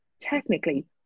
technically